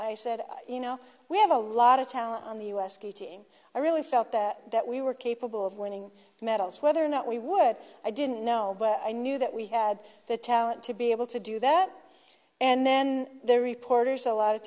i said you know we have a lot of talent on the u s ski team i really felt that that we were capable of winning medals whether or not we would i didn't know i knew that we had the talent to be able to do that and then there are reporters a lot